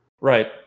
Right